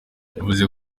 yavuze